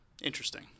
interesting